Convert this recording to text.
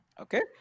Okay